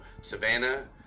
Savannah